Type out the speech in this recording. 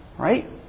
Right